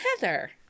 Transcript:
Heather